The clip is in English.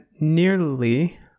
nearly